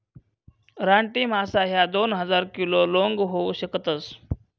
रानटी मासा ह्या दोन हजार किलो लोंग होऊ शकतस